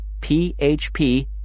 PHP